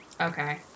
okay